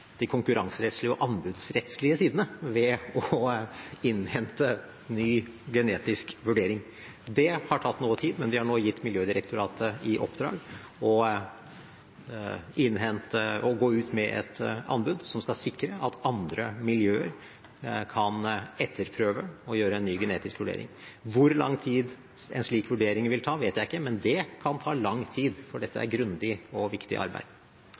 de konkurranserettslige og anbudsrettslige sidene ved å innhente ny genetisk vurdering. Det har tatt noe tid, men vi har nå gitt Miljødirektoratet i oppdrag å innhente et anbud som skal sikre at andre miljøer kan etterprøve og gjøre en ny genetisk vurdering. Hvor lang tid en slik vurdering vil ta, vet jeg ikke, men det kan ta lang tid, for dette er grundig og viktig arbeid.